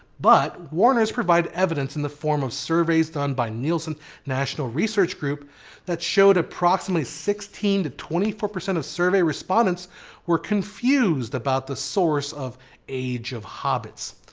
but warner's provided evidence in the form of surveys done by nielsen national research group that showed approximately sixteen to twenty four percent of survey respondents were confused about the source of age of the hobbits.